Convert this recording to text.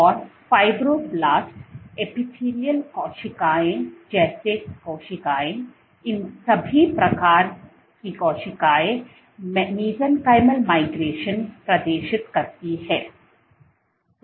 और fibroblast epithelial कोशिकाओं जैसी कोशिकाएं इन सभी प्रकार की कोशिकाएं मेसेंकिमल माइग्रेशन प्रदर्शित करती हैं